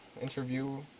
Interview